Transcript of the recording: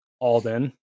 Alden